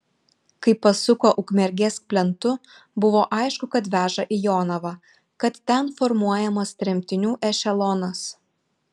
kai pasuko ukmergės plentu buvo aišku kad veža į jonavą kad ten formuojamas tremtinių ešelonas